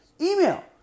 email